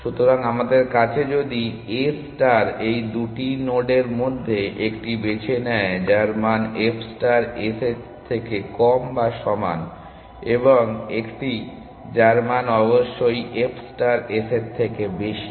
সুতরাং আমাদের কাছে যদি a ষ্টার এই 2টি নোডের মধ্যে একটি বেছে নেয় যার মান f স্টার s এর থেকে কম বা সমান এবং একটি যার মান অবশ্যই f ষ্টার s এর থেকে বেশি